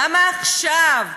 למה עכשיו?